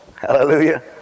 Hallelujah